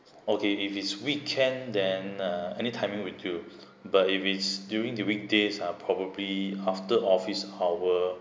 okay if it's weekend then uh anytime with you but if it's during the weekdays ah probably after office hour